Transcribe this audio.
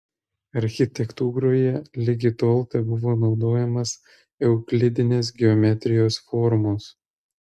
architektūroje ligi tol tebuvo naudojamos euklidinės geometrijos formos